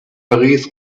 paris